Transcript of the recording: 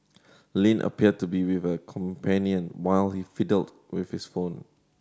Lin appeared to be with a companion while he fiddled with his phone